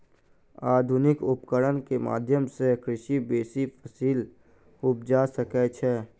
आधुनिक उपकरण के माध्यम सॅ कृषक बेसी फसील उपजा सकै छै